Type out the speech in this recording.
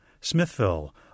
Smithville